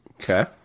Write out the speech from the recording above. Okay